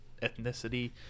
ethnicity